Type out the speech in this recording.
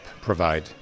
provide